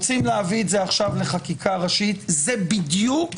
רוצים להביא את זה עכשיו לחקיקה ראשית, זה בדיוק